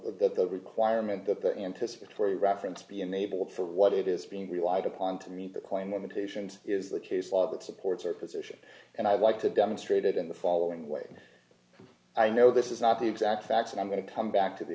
the requirement that the anticipatory reference be enabled for what it is being relied upon to meet the queen limitations is the case law that supports your position and i'd like to demonstrate it in the following way i know this is not the exact facts and i'm going to come back to the